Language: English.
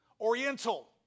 Oriental